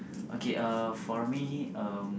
okay uh for me um